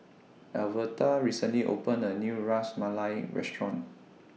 Alverta recently opened A New Ras Malai Restaurant